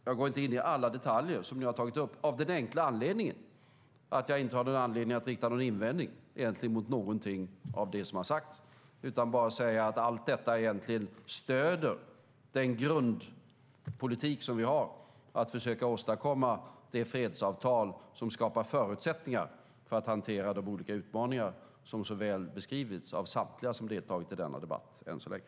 Jag går inte in på alla detaljer som ni har tagit upp av den enkla anledningen att jag inte har något skäl att rikta någon invändning mot det som har sagts. Jag säger bara att allt stöder den grundpolitik vi har, nämligen att försöka åstadkomma det fredsavtal som skapar förutsättningar för att hantera de olika utmaningar som beskrivits så väl av samtliga som deltagit i denna debatt än så länge.